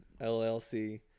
LLC